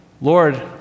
Lord